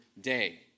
day